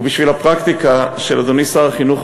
ובשביל הפרקטיקה של אדוני שר החינוך,